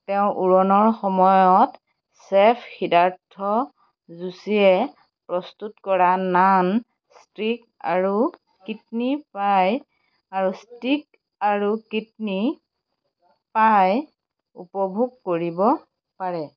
তেওঁ উৰণৰ সময়ত চেফ সিদ্ধাৰ্থ যোশীয়ে প্ৰস্তুত কৰা নান ষ্টিক আৰু কিডনী পাই আৰু ষ্টিক আৰু কিডনী পাই উপভোগ কৰিব পাৰে